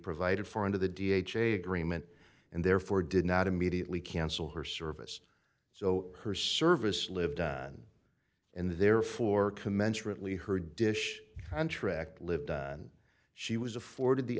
provided for under the d h a agreement and therefore did not immediately cancel her service so her service lived on and therefore commensurately her dish contract lived and she was afforded the